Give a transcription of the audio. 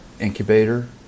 incubator